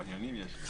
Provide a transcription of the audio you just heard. חניונים יש לו.